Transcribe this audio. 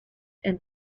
and